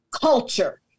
culture